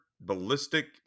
ballistic